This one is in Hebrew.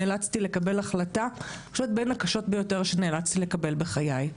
נאלצתי לקבל החלטה אני חושבת בין הקשות ביותר שנאלצתי לקבל בחיי,